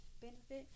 Benefit